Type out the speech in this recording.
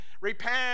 repent